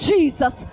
Jesus